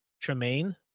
Tremaine